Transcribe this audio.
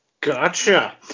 Gotcha